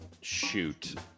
Shoot